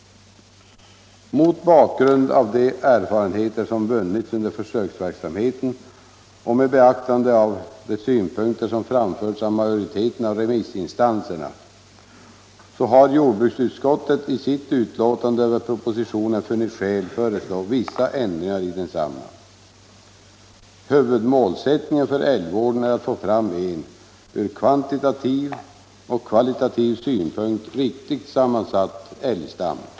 Mot bakgrund av de erfarenheter som vunnits under försöksverksamheten och med beaktande av de synpunkter som framförts av majoriteten av remissinstanserna har jordbruksutskottet i sitt betänkande över propositionen funnit skäl föreslå vissa ändringar i densamma. Huvudmålsättningen för älgvården är att få fram en ur kvantitativ och kvalitativ synpunkt riktigt sammansatt älgstam.